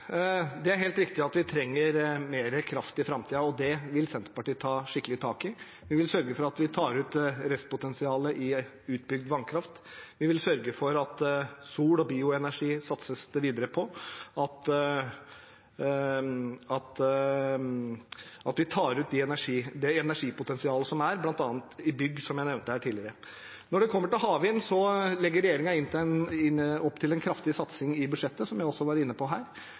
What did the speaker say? Det er helt riktig at vi trenger mer kraft i framtiden, og det vil Senterpartiet ta skikkelig tak i. Vi vil sørge for at vi tar ut restpotensialet i utbygd vannkraft. Vi vil sørge for at det satses videre på sol- og bioenergi, og at vi tar ut det energipotensialet som er, bl.a. i bygg, som jeg nevnte tidligere. Når det gjelder havvind, legger regjeringen opp til en kraftig satsing i budsjettet, som vi også var inne på her.